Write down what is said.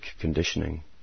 conditioning